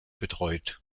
betreut